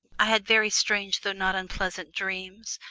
i had very strange though not unpleasant dreams,